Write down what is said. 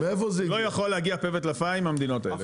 לא יכול להגיע פה וטלפיים מהמדינות האלה.